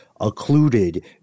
occluded